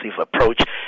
approach